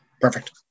Perfect